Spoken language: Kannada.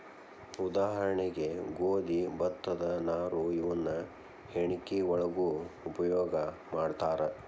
ಉದಾಹರಣೆಗೆ ಗೋದಿ ಭತ್ತದ ನಾರು ಇವನ್ನ ಹೆಣಕಿ ಒಳಗು ಉಪಯೋಗಾ ಮಾಡ್ತಾರ